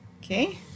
okay